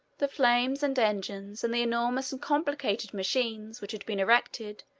the frames and engines, and the enormous and complicated machines which had been erected,